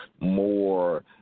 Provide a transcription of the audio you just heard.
more